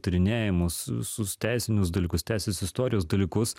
tyrinėjimus visus teisinius dalykus teisės istorijos dalykus